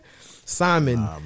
Simon